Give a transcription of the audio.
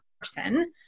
person